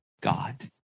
God